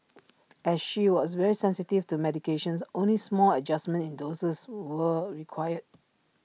as she was very sensitive to medications only small adjustments in doses were required